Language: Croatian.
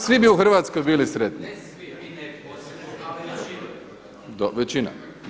Svi bi u Hrvatskoj bili sretni. … [[Upadica se ne razumije.]] većina.